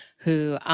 who